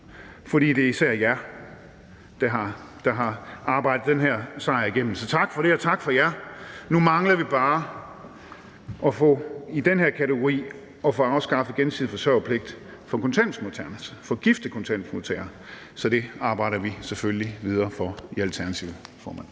fordi det især er jer, der har arbejdet den her sejr igennem. Så tak for det, og tak til jer. Nu mangler vi bare i den her kategori at få afskaffet gensidig forsørgerpligt for gifte kontanthjælpsmodtagere, så det arbejder vi selvfølgelig videre for i Alternativet.